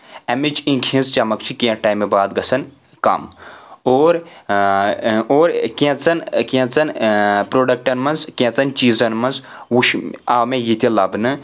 امِچ اِنکہِ ہِنٛز چمک چھِ کینٛہہ ٹایمہٕ باد گژھان کم اور اور کیژن کیژن پروڈکٹن منٛز کیژن چیٖزن منٛز وٕچھ آو مےٚ یہِ تہِ لبنہٕ